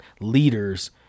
leaders